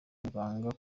muganga